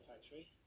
factory